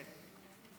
כן.